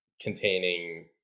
containing